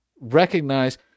recognize